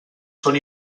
són